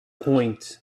point